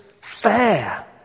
fair